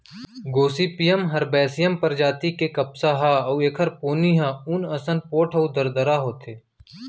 Gossypium herbaceum परजाति के कपसा ह अउ एखर पोनी ह ऊन असन पोठ अउ दरदरा होथे